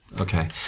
Okay